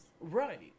Right